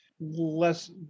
less